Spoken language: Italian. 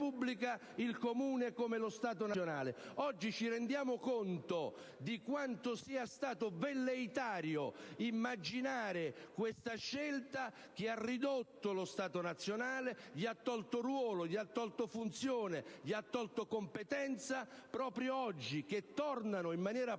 il Comune come lo Stato nazionale. Oggi ci rendiamo conto di quanto sia stato velleitario immaginare questa scelta, che ha ridotto lo Stato nazionale e gli ha tolto ruolo, funzione e competenza, proprio oggi che torna in maniera